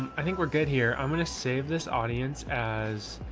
i think we're good here. i'm going to save this audience as,